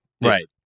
Right